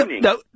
No